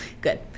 Good